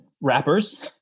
rappers